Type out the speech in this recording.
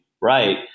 right